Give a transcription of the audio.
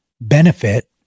benefit